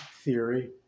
theory